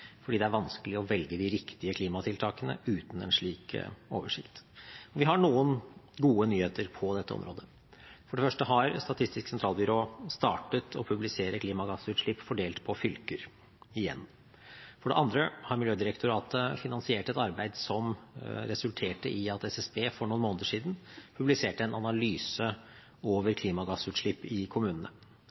fordi det er vanskelig å velge de riktige klimatiltakene uten en slik oversikt. Vi har noen gode nyheter på dette området. For det første har Statistisk sentralbyrå startet å publisere klimagassutslipp fordelt på fylker igjen. For det andre har Miljødirektoratet finansiert et arbeid som resulterte i at SSB for noen måneder siden publiserte en analyse over klimagassutslipp i kommunene.